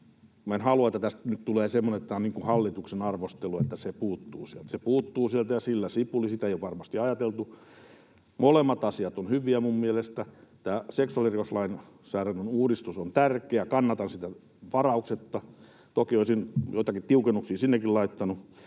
enkä halua, että tästä nyt tulee semmoinen, että tämä on niin kun hallituksen arvostelua, että se puuttuu sieltä. Se puuttuu sieltä ja sillä sipuli; sitä ei ole varmasti ajateltu. Molemmat asiat ovat hyviä mielestäni. Tämä seksuaalirikoslainsäädännön uudistus on tärkeä, ja kannatan sitä varauksetta. Toki olisin joitakin tiukennuksia sinnekin laittanut,